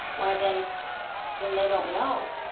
why, then then they don't know,